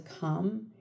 come